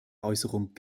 äußerung